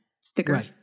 Sticker